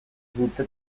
dute